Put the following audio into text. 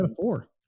four